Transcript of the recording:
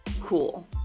cool